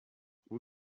who